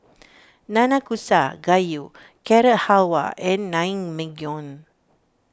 Nanakusa Gayu Carrot Halwa and Naengmyeon